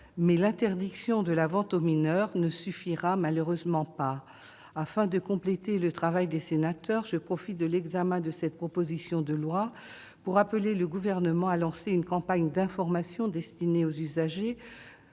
Mais l'interdiction de la vente aux mineurs ne suffira malheureusement pas. Afin de compléter le travail des sénateurs, je profite de l'examen de cette proposition de loi pour appeler le Gouvernement à lancer une campagne d'information destinée aux usagers,